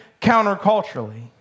counterculturally